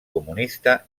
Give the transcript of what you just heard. comunista